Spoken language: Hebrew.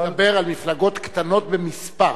אתה מדבר על מפלגות קטנות במספר.